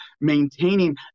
maintaining